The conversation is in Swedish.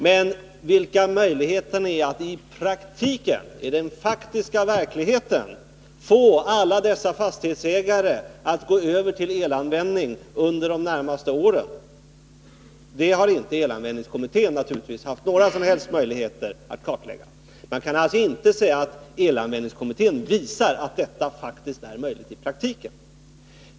Men hur man i den praktiska verkligheten skall få alla berörda fastighetsägare att gå över till elanvändning under de närmaste åren har elanvändningskommittén naturligtvis inte haft några som helst möjligheter att utreda. Man kan alltså inte säga att elanvändningskommittén visar att detta faktiskt är möjligt i praktiken.